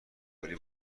فکلی